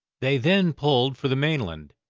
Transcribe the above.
they then pulled for the mainland,